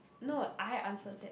no I answered that